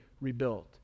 rebuilt